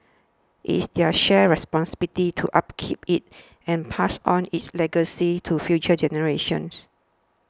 it is their shared responsibility to upkeep it and pass on its legacy to future generations